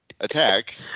attack